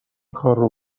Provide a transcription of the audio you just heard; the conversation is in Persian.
کارو